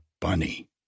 bunny